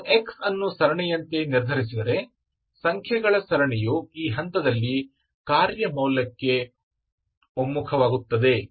ನೀವು x ಅನ್ನು ಸರಣಿಯಂತೆ ನಿರ್ಧರಿಸಿದರೆ ಸಂಖ್ಯೆಗಳ ಸರಣಿಯು ಈ ಹಂತದಲ್ಲಿ ಕಾರ್ಯ ಮೌಲ್ಯಕ್ಕೆ ಒಮ್ಮುಖವಾಗುತ್ತದೆ